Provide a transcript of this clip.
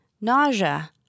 Nausea